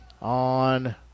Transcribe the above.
on